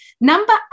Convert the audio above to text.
number